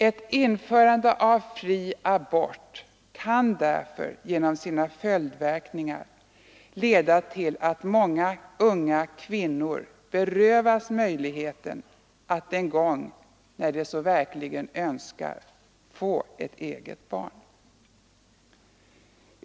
Ett införande av fri abort kan därför genom sina följdverkningar leda till att många unga kvinnor berövas möjligheten att en gång, när de så verkligen önskar, få ett eget barn.